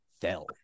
fell